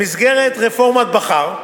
במסגרת רפורמת בכר.